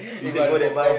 you buy the popcorn